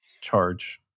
charge